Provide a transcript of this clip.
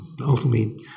ultimately